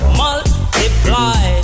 multiply